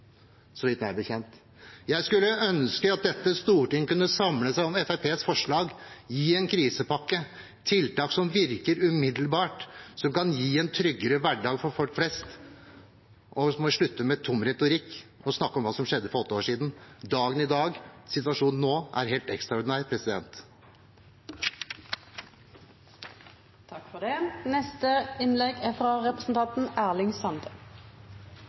Jeg skulle ønske at dette storting kunne samle seg om Fremskrittspartiets forslag og gi en krisepakke, tiltak som virker umiddelbart, som kan gi en tryggere hverdag for folk flest. Man må slutte med tom retorikk og snakke om hva som skjedde for åtte år siden. Dagen i dag, situasjonen nå, er helt ekstraordinær. Det betyr noko kven som styrer landet. Det